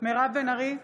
מירב בן ארי,